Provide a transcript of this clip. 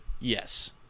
Yes